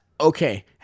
okay